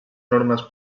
normes